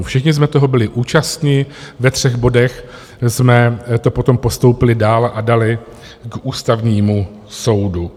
Všichni jsme toho byli účastni, ve třech bodech jsme to potom postoupili dál a dali k Ústavnímu soudu.